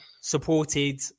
supported